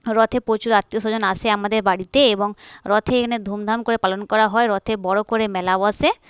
রথে প্রচুর আত্মীয়স্বজন আসে আমাদের বাড়িতে এবং রথে এনে ধুমধাম করে পালন করা হয় রথে বড় করে মেলা বসে